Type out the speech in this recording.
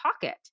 pocket